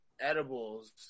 edibles